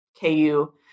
KU